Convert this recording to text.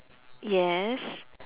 yes